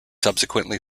subsequently